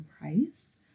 price